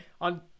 on